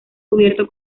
cubierto